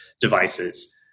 devices